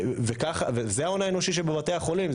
וזה ההון האנושי שבבתי החולים.